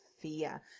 fear